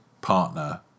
partner